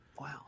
Wow